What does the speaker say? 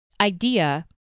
idea